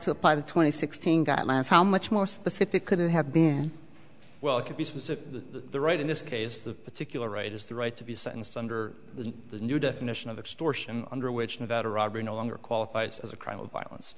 to apply the twenty sixteen guidelines how much more specific could it have been well it could be specific to the right in this case the particular right is the right to be sentenced under the new definition of extortion under which nevada robbery no longer qualifies as a crime of violence